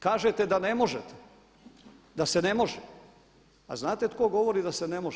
Kažete da ne možete, da se ne može a znate tko govorio da se ne može?